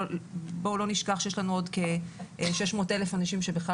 בואו לא נשכח שיש לנו עוד כ-600,000 אנשים שבכלל